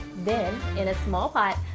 then, in a small pot,